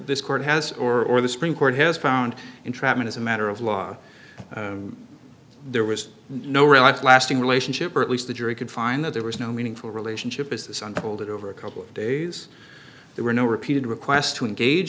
this court has or the supreme court has found entrapment as a matter of law there was no real life lasting relationship or at least the jury could find that there was no meaningful relationship is this unfolded over a couple of days there were no repeated requests to engage